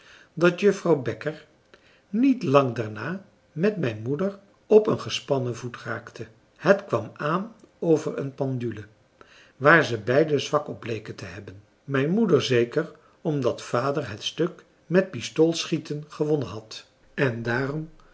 dat juffrouw bekker niet lang daarna met mijn moeder op een gespannen voet raakte het kwam aan over een pendule waar ze beiden zwak op bleken te hebben mijn moeder zeker omdat vader het stuk met pistoolschieten gewonnen had en daarom